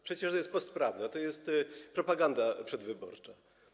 Przecież to jest postprawda, to jest propaganda przedwyborcza.